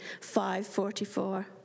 5.44